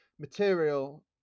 Material